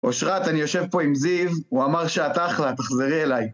אושרת, אני יושב פה עם זיו, הוא אמר שאת אחלה, תחזרי אליי.